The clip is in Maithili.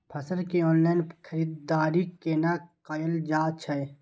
फसल के ऑनलाइन खरीददारी केना कायल जाय छै?